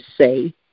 say